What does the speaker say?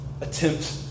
attempt